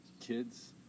kids